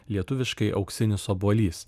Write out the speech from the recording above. lietuviškai auksinis obuolys